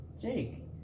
Jake